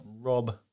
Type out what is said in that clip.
Rob